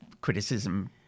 criticism